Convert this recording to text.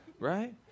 right